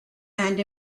and